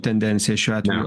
tendencija šiuo atveju